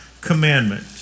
commandment